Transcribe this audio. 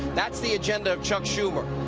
that's the agenda of chuck schumer.